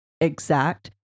exact